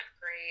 great